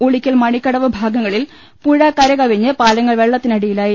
ഉളിക്കൽ മണിക്കടവ് ഭാഗങ്ങളിൽ പുഴ കരകവിഞ്ഞ് പാലങ്ങൾ വെള്ളത്തി നടിയിലായി